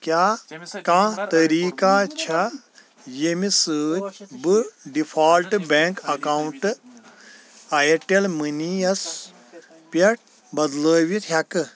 کیٛاہ کانٛہہ طریٖقہٕ چھا ییٚمہِ سۭتۍ بہٕ default bank account Airtel money یَس پٮ۪ٹھ بدلٲوتھ ہٮ۪کہٕ؟